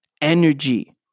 energy